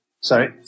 Sorry